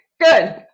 good